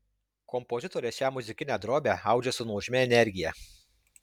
kompozitorė šią muzikinę drobę audžia su nuožmia energija